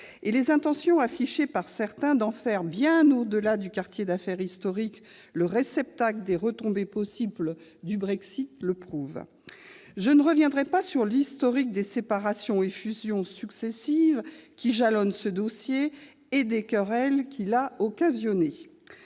Les intentions affichées par certains d'en faire, bien au-delà du quartier d'affaires historique, le réceptacle des retombées possibles du Brexit le prouve. Je ne reviendrai pas sur l'historique des séparations et fusions successives qui jalonnent ce dossier et des querelles qu'il a occasionnées.